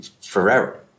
forever